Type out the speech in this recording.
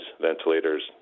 ventilators